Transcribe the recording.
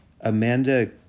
Amanda